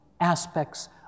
aspects